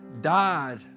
died